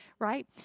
right